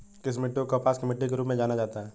किस मिट्टी को कपास की मिट्टी के रूप में जाना जाता है?